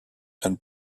and